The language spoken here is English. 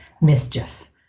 mischief